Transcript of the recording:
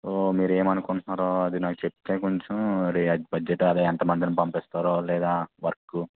so మీరు ఏమని అకుంటున్నారో అది నాకు చెప్తే కొంచెం బడ్జెట్ అదే ఎంత మందిని పంపిస్తారో లేదా వర్కు